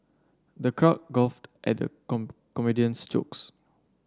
the crowd guffawed at the comedian's jokes